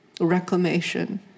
reclamation